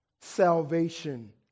salvation